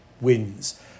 wins